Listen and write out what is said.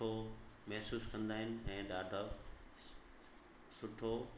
सुठो महसूसु कंदा आहिनि ऐं ॾाढो सुठो